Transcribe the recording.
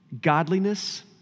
godliness